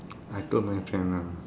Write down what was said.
I told my